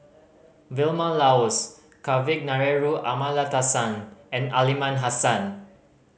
Vilma Laus Kavignareru Amallathasan and Aliman Hassan